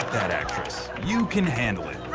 that actress. you can handle it.